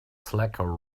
slacker